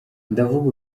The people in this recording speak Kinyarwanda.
ndavuga